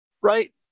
Right